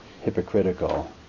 hypocritical